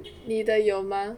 你的有吗